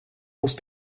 hos